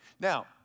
Now